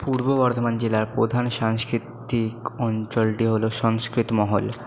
পূর্ব বর্ধমান জেলার প্রধান সাংস্কৃতিক অঞ্চলটি হল সংস্কৃত মহল